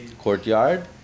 courtyard